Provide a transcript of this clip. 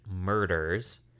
Murders